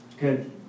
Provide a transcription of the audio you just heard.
good